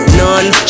none